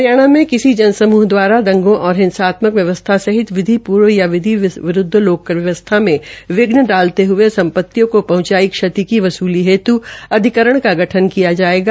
हरियाणा में किसी जन समूह द्वारा दंगों और हिंसात्मक व्यवस्था सहित विधिपूर्ण या विधि विरूद्ध लोक व्यवस्था मे विघ्न डालते हये संपतियों को पहंचाई क्षति भी वसुली हेतू अधिकरण का गठन किया जायेगा